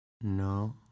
No